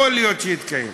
יכול להיות שיתקיים.